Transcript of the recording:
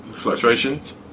fluctuations